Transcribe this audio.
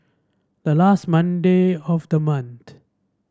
the last Monday of the